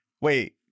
Wait